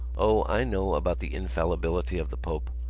o, i know about the infallibility of the pope.